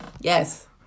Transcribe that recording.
Yes